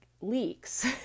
leaks